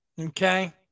okay